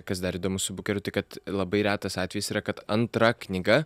kas dar įdomu su bukeriu tai kad labai retas atvejis yra kad antra knyga